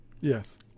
Yes